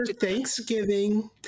Thanksgiving